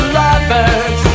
lovers